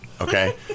Okay